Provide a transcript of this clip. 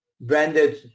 branded